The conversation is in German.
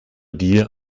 dir